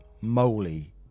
moly